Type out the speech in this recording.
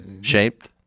Shaped